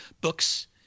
Books